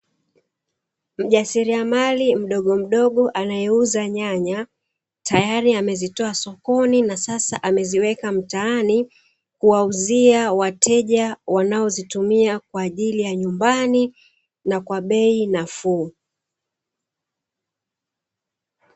Mjasiliamali mdogo mdogo anauza nyanya tayari amezitoa shambani ameziweka mtaani kuwauzia wateja wanaotumia kwaajili ya nyumbani na kwa bei nafuu.